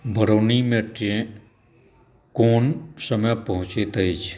बरौनीमे train कोन समय पहुँचैत अछि